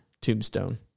Tombstone